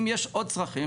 אם יש עוד צרכים,